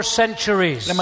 centuries